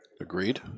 Agreed